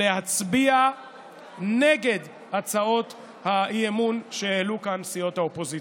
להצביע נגד הצעות האי-אמון שהעלו כאן סיעות האופוזיציה.